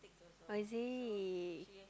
oh is it